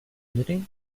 knitting